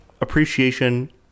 appreciation